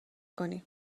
کنیم